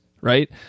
right